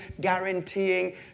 guaranteeing